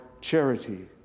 charity